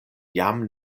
jam